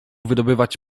wydobywać